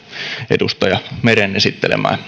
edustaja meren esittelemää